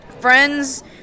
friend's